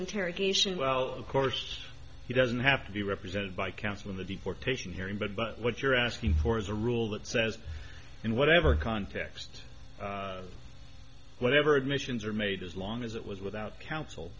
interrogation well of course he doesn't have to be represented by counsel in the deportation hearing but but what you're asking for is a rule that says in whatever context whatever admissions are made as long as it was without counsel